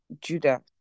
Judah